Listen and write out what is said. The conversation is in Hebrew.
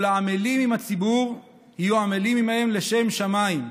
"כל העמלים עם הציבור יהיו עמלים עמהם לשם שמיים,